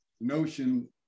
notion